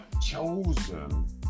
chosen